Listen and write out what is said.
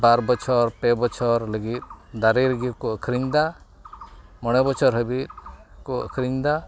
ᱵᱟᱨ ᱵᱚᱪᱷᱚ ᱯᱮ ᱵᱚᱪᱷᱚᱨ ᱞᱟᱹᱜᱤᱫ ᱫᱟᱨᱮ ᱨᱮᱜᱮᱠᱚ ᱟᱹᱠᱷᱨᱤᱧ ᱮᱫᱟ ᱢᱚᱬᱮ ᱵᱚᱪᱷᱚᱨ ᱦᱟᱹᱵᱤᱡ ᱠᱚ ᱟᱹᱠᱷᱨᱤᱧ ᱮᱫᱟ